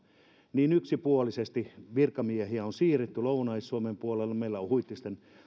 niin yksipuolisesti virkamiehiä on siirretty lounais suomen puolelle meillä on huittisten